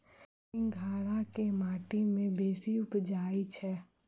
सिंघाड़ा केँ माटि मे बेसी उबजई छै?